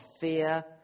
fear